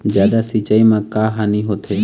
जादा सिचाई म का हानी होथे?